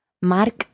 Mark